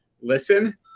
listen